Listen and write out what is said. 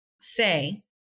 say